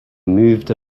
moved